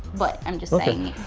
but i'm just saying.